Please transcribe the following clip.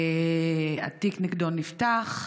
התיק נגדו נפתח,